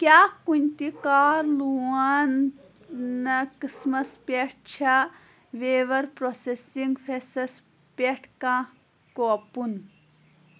کیٛاہ کُنہِ تہِ کار لون نہ قٕسمَس پٮ۪ٹھ چھا ویور پروسیسنٛگ فیسَس پٮ۪ٹھ کانٛہہ کوپن ؟